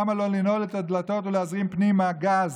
למה לא לנעול את הדלתות ולהזרים פנימה גז.